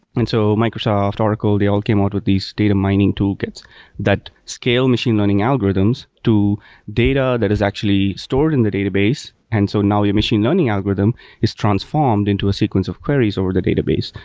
and so microsoft, oracle, they all came out with these data mining toolkits that scale machine learning algorithms to data that is actually stored in the database. and so now your machine learning algorithm is transformed into a sequence of queries over the database.